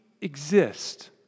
exist